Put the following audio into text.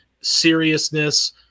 seriousness